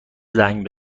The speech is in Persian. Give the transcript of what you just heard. زنگ